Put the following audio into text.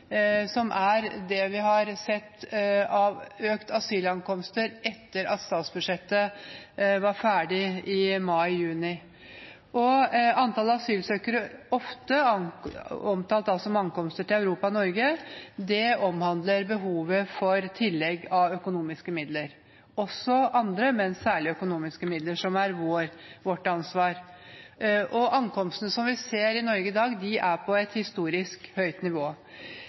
som er det vi har sett av økte asylankomster etter at statsbudsjettet var ferdig i mai–juni. Antall asylsøkere, ofte omtalt som ankomster til Europa og Norge, omhandler behovet for tillegg av økonomiske midler – også andre, men særlig økonomiske midler, som er vårt ansvar. Og ankomstene som vi ser i Norge i dag, er på et historisk høyt nivå.